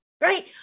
right